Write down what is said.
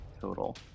total